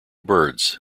birds